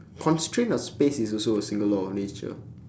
constraints of space is also a single law of nature